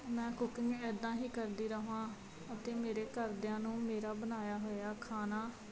ਮੈਂ ਕੁਕਿੰਗ ਇੱਦਾਂ ਹੀ ਕਰਦੀ ਰਹਾਂ ਅਤੇ ਮੇਰੇ ਘਰਦਿਆਂ ਨੂੰ ਮੇਰਾ ਬਣਾਇਆ ਹੋਇਆ ਖਾਣਾ